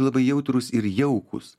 labai jautrūs ir jaukūs